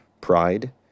pride